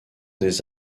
des